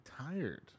tired